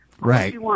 Right